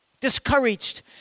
discouraged